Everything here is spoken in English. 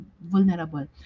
vulnerable